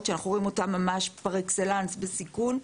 שאנחנו רואים אותם ממש פר אקסלנס בסיכון,